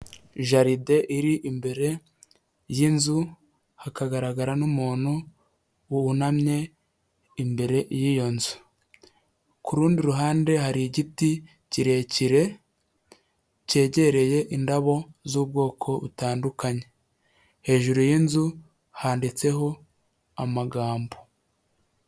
Jaride iri imbere y'inzu hakagaragara n'umuntu wunamye imbere y'iyo nzu, ku rundi ruhande hari igiti kirekire cyegereye indabo z'ubwoko butandukanye, hejuru y'inzu handitseho amagambo.